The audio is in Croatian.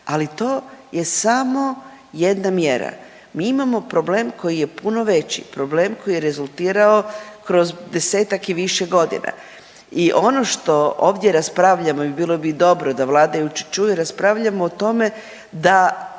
Ali to je samo jedna mjera. Mi imamo problem koji je puno veći, problem koji je rezultirao kroz desetak i više godina i ono što ovdje raspravljamo i bilo bi dobro da vladajući čuju raspravljamo o tome da